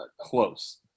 close